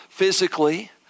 physically